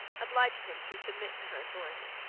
obliged him to submit to her authority.